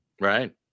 Right